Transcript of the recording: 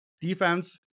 defense